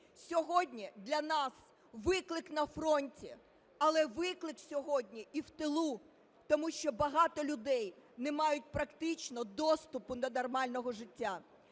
Сьогодні для нас виклик на фронті, але виклик сьогодні і в тилу, тому що багато людей не мають практично доступу до нормального життя.